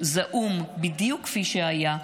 נותר זעום בדיוק כפי שהיה,